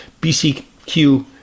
BCQ